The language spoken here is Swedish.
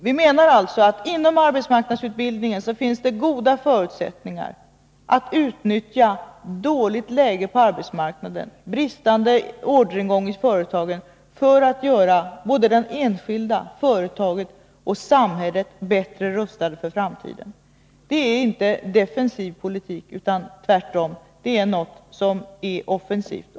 Vi menar alltså att det inom arbetsmarknadsutbildningen finns goda förutsättningar att utnyttja ett dåligt läge på arbetsmarknaden, bristande orderingång i företagen, för att göra såväl den enskilde, företaget som samhället bättre rustade för framtiden. Det är inte defensiv politik, utan det är tvärtom något som är offensivt.